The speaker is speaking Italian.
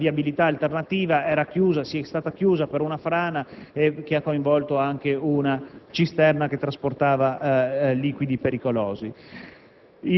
una viabilità alternativa è stata chiusa per una frana che ha coinvolto anche un camion cisterna che trasportava liquidi pericolosi.